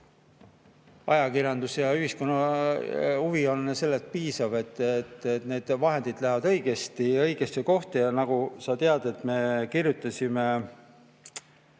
ajakirjanduse ja ühiskonna huvi on selleks piisav, et need vahendid läheksid õigesti ja õigesse kohta. Nagu sa tead, me kirjutasime